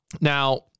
Now